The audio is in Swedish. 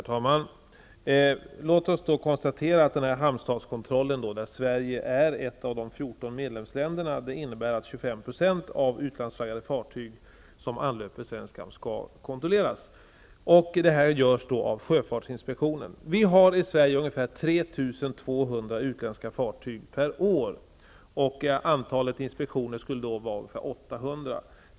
Herr talman! Låt oss först konstatera att hamnstatskontrollen, där Sverige är ett av de 14 medlemsländerna, innebär att 25 % av utlandsflaggde fartyg som anlöper svenska hamnar skall kontrolleras. Det görs av sjöfartsinspektionen. Vi har i svenska hamnar ungefär 3 200 utländska fartyg per år. Antalet inspektioner skulle vara ungefär 800.